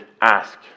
ask